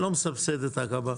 לא מסבסד את עקבה.